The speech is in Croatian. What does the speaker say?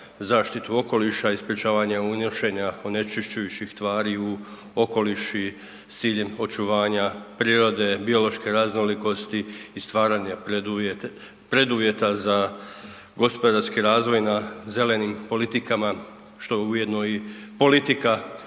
zaštitu okoliša i sprečavanje unošenja onečišćujućih tvari u okoliš i s ciljem očuvanja prirode, biološke raznolikosti i stvaranja preduvjeta za gospodarski razvoj na zelenim politikama, što je ujedno i politika